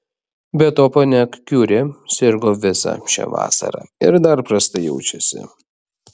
be to ponia kiuri sirgo visą šią vasarą ir dar prastai jaučiasi